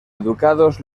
educados